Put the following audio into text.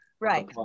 Right